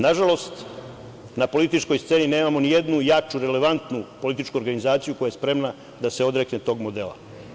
Nažalost, na političkoj sceni nemamo nijednu jaču, relevantnu političku organizaciju koja je spremna da se odrekne tog modela.